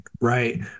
right